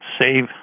Save